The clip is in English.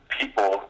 people